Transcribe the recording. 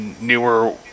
newer